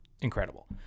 incredible